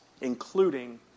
including